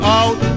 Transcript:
out